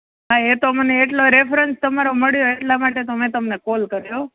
હા એ તો મને એટલો રેફરન્સ તમારો મળ્યો એટલા માટે તો મેં તમને કોલ કર્યો